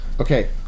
Okay